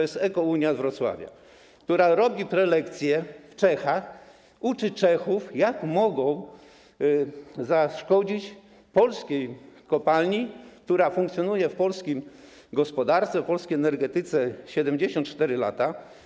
Chodzi o EKO-UNIĘ z Wrocławia, która robi prelekcje w Czechach, uczy Czechów, jak mogą zaszkodzić polskiej kopalni, która funkcjonuje w polskiej gospodarce, polskiej energetyce od 74 lat.